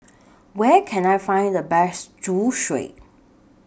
Where Can I Find The Best Zosui